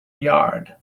yard